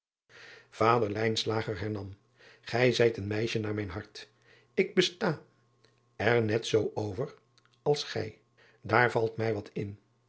ader hernam ij zijt een meisje naar mijn hart k besta er net zoo over als gij aar valt mij wat in